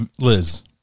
Liz